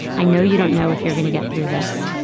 i know you don't know if you're going to get through this,